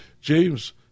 James